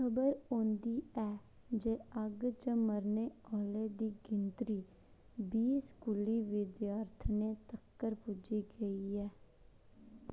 खबर औंदी ऐ जे अग्ग च मरने आह्लें दी गिनतरी बीह् स्कूली विद्यार्थियें तक्कर पुज्जी गेई ऐ